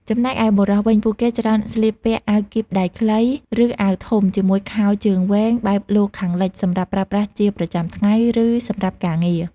ចំណែកឯបុរសវិញ ពួកគេច្រើនស្លៀកពាក់ អាវគីបដៃខ្លី ឬអាវធំជាមួយខោជើងវែងបែបលោកខាងលិចសម្រាប់ប្រើប្រាស់ជាប្រចាំថ្ងៃ ឬសម្រាប់ការងារ។